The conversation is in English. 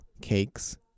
cakes